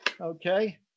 okay